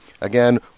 Again